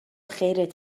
خیرت